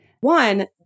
One